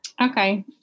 Okay